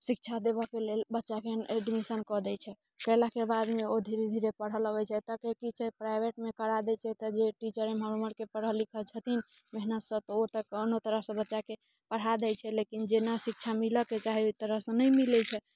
शिक्षा देबऽ के लेल बच्चाके एडमिशन कऽ दै छै कैलाके बाद मे ओ धीरे धीरे पढ़ऽ लगैत छै एतऽ के की छै प्राइभेटमे करा दै छै तऽ जे टीचर इमहर उमहर के पढल लिखल छथिन मेहनत सऽ तऽ ओ तऽ कोनो तरह से बच्चा के पढा दै छै लेकिन जेना शिक्षा मिलऽ के चाही ओहि तरहसँ नहि मिलैत छै